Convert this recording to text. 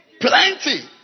Plenty